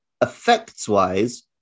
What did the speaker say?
effects-wise